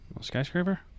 Skyscraper